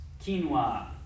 Quinoa